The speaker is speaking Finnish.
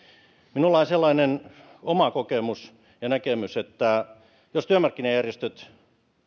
minulla on sellainen oma kokemus ja näkemys että jos työmarkkinajärjestöt